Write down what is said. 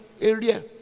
area